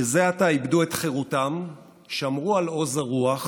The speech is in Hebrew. שזה עתה איבדו את חירותם, שמרו על עוז הרוח,